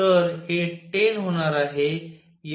तर हे 10 होणार आहे